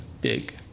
big